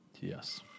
Yes